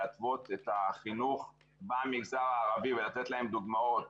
ולהתוות את החינוך במגזר הערבי ולתת להם דוגמאות